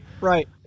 Right